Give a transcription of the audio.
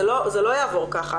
זה לא יעבור ככה,